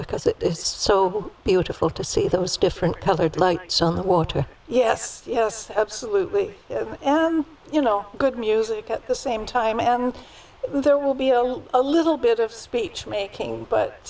because it is so beautiful to see those different colored lights on the water yes yes absolutely and you know good music at the same time and there will be a little bit of speechmaking but